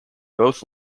both